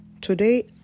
Today